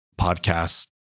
podcast